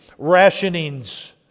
rationings